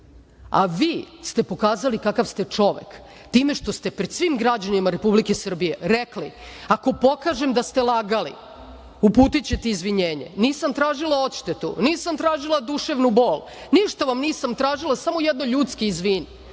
A vi ste pokazali kakav ste čovek time što ste pred svim građanima Republike Srbije rekli, ako pokažem da ste lagali, uputićete izvinjenje. Nisam tražila odštetu, nisam tražila duševnu bol, ništa vam nisam tražila samo jedno ljudski izvini.